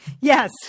Yes